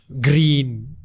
green